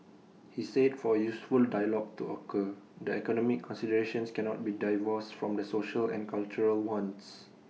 he said for A useful dialogue to occur the economic considerations cannot be divorced from the social and cultural ones